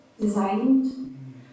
designed